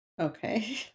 okay